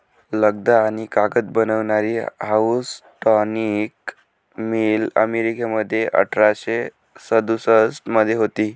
लगदा आणि कागद बनवणारी हाऊसटॉनिक मिल अमेरिकेमध्ये अठराशे सदुसष्ट मध्ये होती